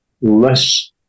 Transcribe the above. less